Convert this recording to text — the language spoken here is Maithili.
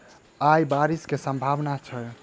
आय बारिश केँ सम्भावना छै?